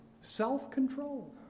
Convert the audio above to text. self-control